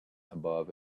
above